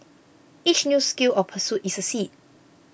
each new skill or pursuit is a seed